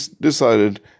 decided